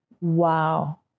Wow